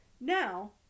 now